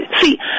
see